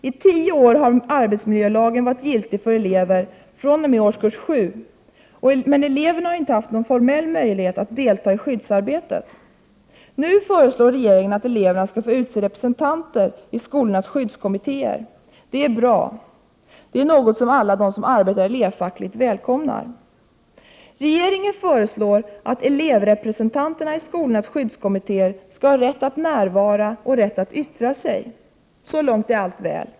I tio år har arbetsmiljölagen varit giltig för elever fr.o.m. årskurs sju, men eleverna har inte haft någon formell möjlighet att delta i skyddsarbetet. Nu föreslår regeringen att eleverna skall få utse representanter i skolornas skyddskommittéer. Det är bra, och det är något som alla de som arbetar elevfackligt välkomnar. Regeringen föreslår att elevrepresentanterna i skolornas skyddskommitté er skall ha rätt att närvara och rätt att yttra sig. Så långt är allt väl.